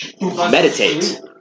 meditate